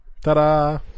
Ta-da